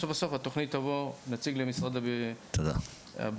בסוף התוכנית תבוא למשרד הבריאות.